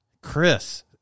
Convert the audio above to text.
Chris